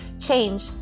change